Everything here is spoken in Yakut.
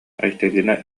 айталина